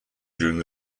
during